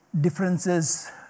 differences